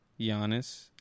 Giannis